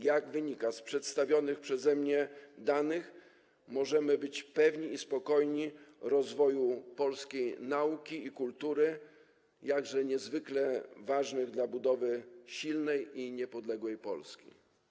Jak wynika z przedstawionych przeze mnie danych, możemy być spokojni o rozwój polskiej nauki i kultury, niezwykle ważnych dla budowy silnej i niepodległej Polski.